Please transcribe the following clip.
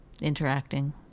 interacting